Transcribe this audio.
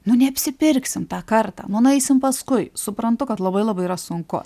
nu neapsipirksim tą kartą nu nueisim paskui suprantu kad labai labai yra sunku